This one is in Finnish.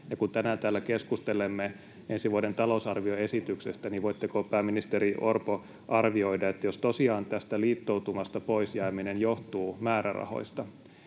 kun tänään täällä keskustelemme ensi vuoden talousarvioesityksestä, niin voitteko, pääministeri Orpo, arvioida, että jos tosiaan tästä liittoutumasta pois jääminen johtuu määrärahoista,